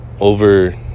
over